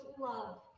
love